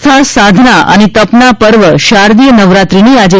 આસ્થા સાધના અને તપના પર્વ શારદીય નવરાત્રીની આજે